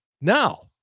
now